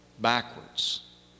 backwards